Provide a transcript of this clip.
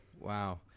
Wow